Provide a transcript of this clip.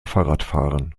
fahrradfahren